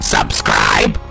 Subscribe